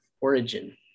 origin